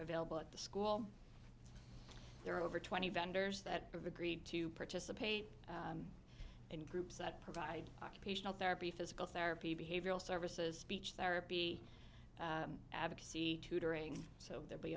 available at the school there are over twenty vendors that have agreed to participate in groups that provide occupational therapy physical therapy behavioral services speech therapy advocacy tutoring so there be